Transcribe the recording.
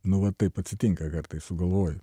nu va taip atsitinka kartais sugalvoji